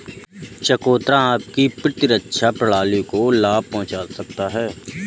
चकोतरा आपकी प्रतिरक्षा प्रणाली को लाभ पहुंचा सकता है